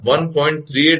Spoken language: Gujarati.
3722 1